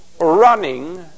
Running